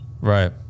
Right